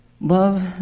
Love